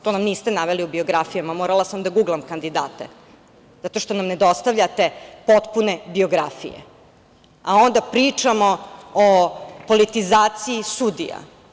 To nam niste navili u biografijama, morala sam da guglam kandidate zato što nam ne dostavljate potpune biografije, a onda pričamo o politizaciji sudija.